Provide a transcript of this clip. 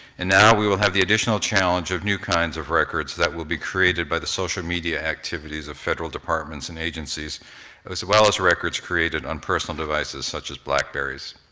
and now we will have the additional challenge of new kinds of records that will be created by the social media activities of federal departments and agencies as well as records created on personal devices such as blackberries.